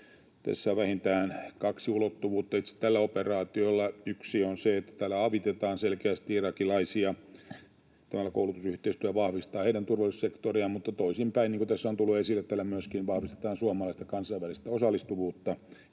Tässä on vähintään kaksi ulottuvuutta itse tällä operaatiolla: Yksi on se, että täällä avitetaan selkeästi irakilaisia — tällainen koulutusyhteistyö vahvistaa heidän turvallisuussektoriaan. Mutta toisinpäin, niin kuin tässä on tullut esille, tällä myöskin vahvistetaan suomalaista kansainvälistä osallistuvuutta